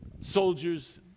soldiers